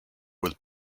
with